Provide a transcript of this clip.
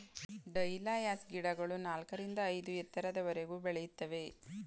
dahlias ಹೂಗಿಡಗಳು ನಾಲ್ಕರಿಂದ ಐದು ಅಡಿ ಎತ್ತರದವರೆಗೂ ಬೆಳೆಯುತ್ತವೆ